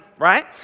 right